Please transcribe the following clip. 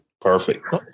Perfect